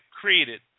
created